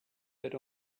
but